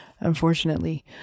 Unfortunately